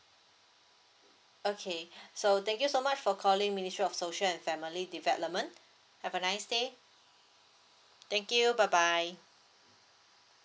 okay so thank you so much for calling ministry of social and family development have a nice day thank you bye bye